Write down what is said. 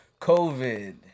COVID